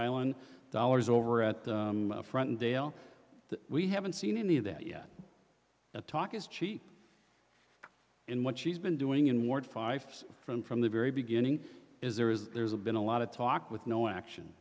iowan dollars over at the front and dale we haven't seen any of that yet that talk is cheap and what she's been doing in ward fifes from from the very beginning is there is there's been a lot of talk with no action